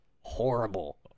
horrible